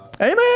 Amen